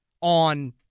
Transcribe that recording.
on